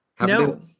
no